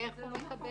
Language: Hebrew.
איך הוא מקבל את זה?